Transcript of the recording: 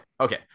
Okay